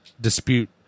Dispute